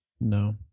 No